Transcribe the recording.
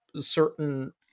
certain